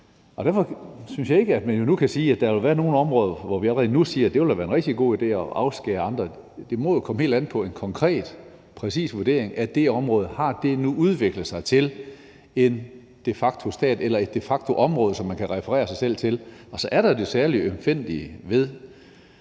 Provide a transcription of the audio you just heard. Derfor synes jeg ikke, at man nu kan sige, at der vil være nogle områder, hvor vi allerede nu siger, at det ville være en rigtig god idé at afskære andre. Det må jo komme helt an på en konkret, præcis vurdering af, om det område nu har udviklet sig til en de facto-stat eller et de facto-område, som man kan referere sig selv til. Og så er der det særlig ømfindtlige ved